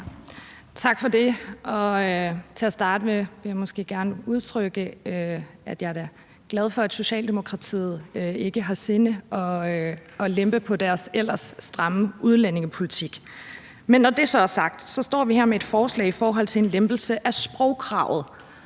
Tak for det. Til at starte med vil jeg måske gerne udtrykke, at jeg da er glad for, at Socialdemokratiet ikke har i sinde at lempe på deres ellers stramme udlændingepolitik. Men når det så er sagt, står vi her med et forslag om en lempelse af sprogkravet,